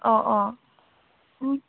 अ अ